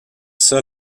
ça